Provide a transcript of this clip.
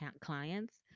clients